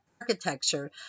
architecture